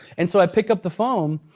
and so i pick up the phone,